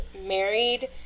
married